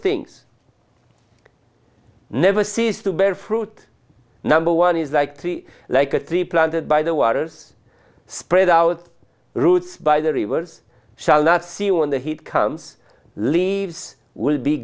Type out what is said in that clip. things never cease to bear fruit number one is like tree like a tree planted by the waters spread out roots by the rivers shall not see when the heat comes leaves will be